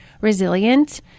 resilient